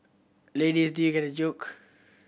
ladies did you get the joke